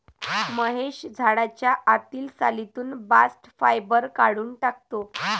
महेश झाडाच्या आतील सालीतून बास्ट फायबर काढून टाकतो